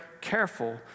careful